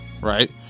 right